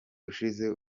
ushize